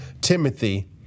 Timothy